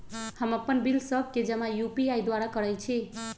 हम अप्पन बिल सभ के जमा यू.पी.आई द्वारा करइ छी